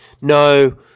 No